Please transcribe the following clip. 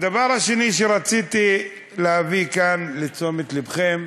הדבר השני שרציתי להביא כאן לתשומת לבכם,